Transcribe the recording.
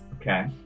Okay